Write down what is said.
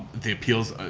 the appeals,